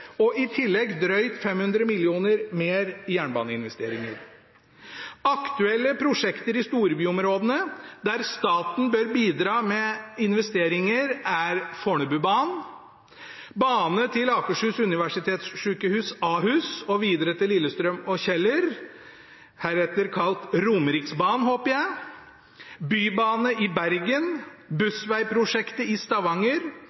og i tillegg drøyt 500 mill. kr mer i jernbaneinvesteringer. Aktuelle prosjekter i storbyområdene, der staten bør bidra med investeringer, er Fornebubanen, bane til Akershus universitetssykehus, Ahus, og videre til Lillestrøm og Kjeller, heretter kalt Romeriksbanen, håper jeg, bybane i Bergen, bussvegprosjektet i Stavanger,